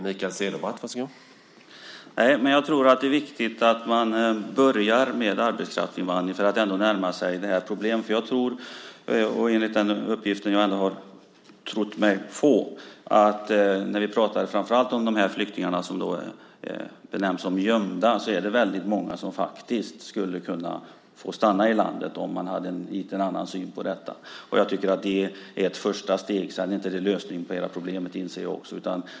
Herr talman! Nej, men jag tror att det är viktigt att man börjar med arbetskraftsinvandringen för att ändå närma sig problemet. När vi pratar om flyktingar som benämns som gömda är det många som faktiskt skulle kunna få stanna i landet om man hade en lite annan syn på detta. Jag tycker att det är ett första steg. Det är inte lösningen på hela problemet. Det inser jag också.